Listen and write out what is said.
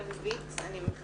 בוער.